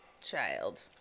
child